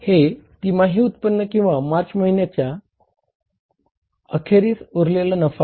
हे तिमाही उत्पन्न किंवा मार्च महिन्याच्या अखेरीस उरलेला नफा आहे